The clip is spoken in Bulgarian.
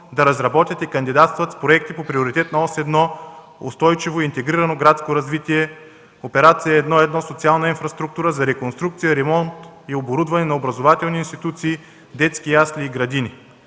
да разработят и кандидатстват проекти по Приоритетна ос 1: „Устойчиво и интегрирано градско развитие”, Операция 1-1: „Социална инфраструктура” за реконструкция, ремонт и оборудване на образователни институции, детски ясли и градини.